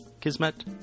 Kismet